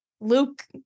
Luke